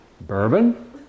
Bourbon